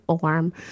form